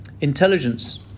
intelligence